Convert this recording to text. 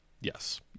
Yes